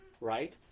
right